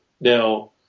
Now